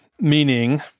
Meaning